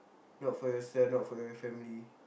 not for yourself not for your family